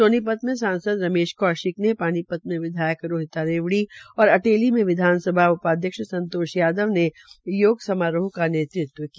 सोनीपत में सांसद रमेश कौशिक ने पानीपत रोहिता रेवड़ी और अटेली में विधानसभा उपाध्यक्ष यादव ने योग समारोह का नेतृत्व किया